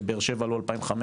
לבאר שבע עלו 2,500,